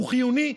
הוא חיוני.